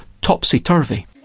topsy-turvy